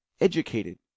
educated